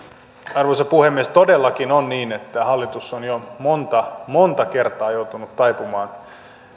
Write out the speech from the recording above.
arvoisa puhemies todellakin on niin että hallitus on jo monta monta kertaa joutunut taipumaan